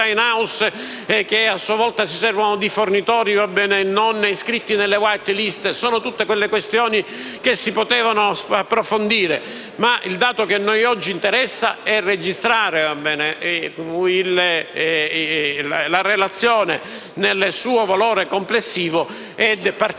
che, a loro volta, si servono di fornitori non iscritti nelle *white list*. Sono tutte realtà che si sarebbe potuto approfondire, ma il dato che a noi oggi interessa è registrare la relazione nel suo valore complessivo e partire